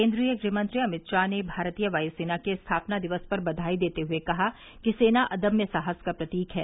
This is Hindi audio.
केंद्रीय गृहमंत्री अमित शाह ने भारतीय वायुसेना के स्थापना दिवस पर बघाई देते हुए कहा कि सेना अदम्य साहस का प्रतीक है